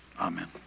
amen